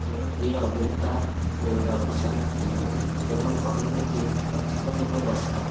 ମୋର ପ୍ରିୟ ଅଭିନେତା ବାବୁସାନ ସିଦ୍ଧାନ୍ତ ଏବଂ ଅଭିନେତ୍ରୀ ଅର୍ଚ୍ଚିତା ଏବଂ ବର୍ଷା